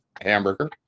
hamburger